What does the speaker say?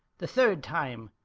the third time!